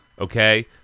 Okay